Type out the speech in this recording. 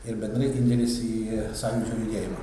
ir bendrai kaip dėmesį į sąjūdžio judėjimą